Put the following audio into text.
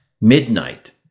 Midnight